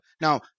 Now